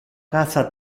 casa